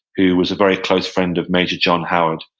who was a very close friend of major john howard.